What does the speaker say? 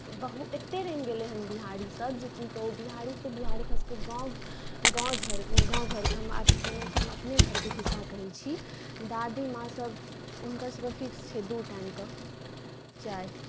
बहु एतेक रमि गेलै हन बिहारीसभ जे की कहू बिहारी तऽ बिहार खास कए गाँव गाँव घर गाँव घरके हम आब जेनाकि हम अपने घरके खिस्सा कहै छी दादीमाँसभ हुनकर सभके फिक्स छै दू टाइमके चाय